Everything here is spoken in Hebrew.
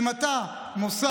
אם אתה מוסד,